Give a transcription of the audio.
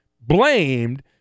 blamed